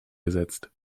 gesetzt